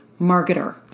Marketer